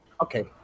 Okay